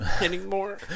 anymore